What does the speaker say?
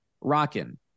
rockin